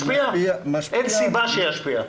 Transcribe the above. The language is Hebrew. אין סיבה שתשפיע.